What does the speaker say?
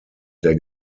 der